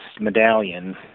medallion